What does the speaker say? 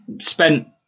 spent